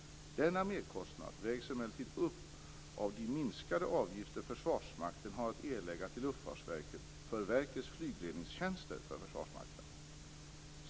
Denna merkostnad vägs emellertid upp av de minskade avgifter Försvarsmakten har att erlägga till Luftfartsverket för verkets flygledningstjänster för Försvarsmakten.